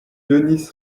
denys